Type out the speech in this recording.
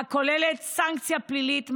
הכוללת סנקציה פלילית,